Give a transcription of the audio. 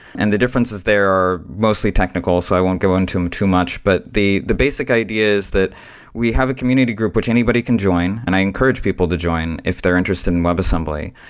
and the differences there are mostly technical. so i won't go into them too much. but the the basic idea is that we have a community group, which anybody can join, and i encourage people to join if they're interested in webassembly,